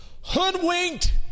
Hoodwinked